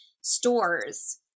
stores